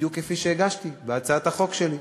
בדיוק כפי שהגשתי בהצעת החוק שלי,